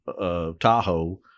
Tahoe